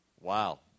Wow